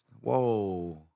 Whoa